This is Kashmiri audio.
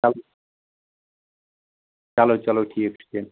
چلو چلو ٹھیٖک چھُ تیٚلہِ